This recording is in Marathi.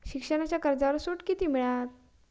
शिक्षणाच्या कर्जावर सूट किती मिळात?